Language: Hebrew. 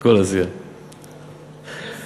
כל הסיעה של הליכוד נמצאת פה.